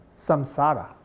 samsara